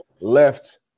left